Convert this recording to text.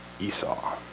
Esau